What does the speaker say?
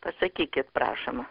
pasakykit prašom